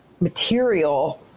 material